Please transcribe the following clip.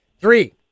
Three